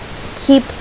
keep